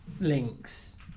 links